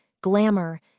glamour